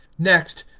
next,